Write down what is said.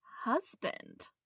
husband